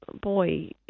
boy